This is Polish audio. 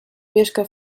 mieszka